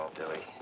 ah billy.